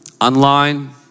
online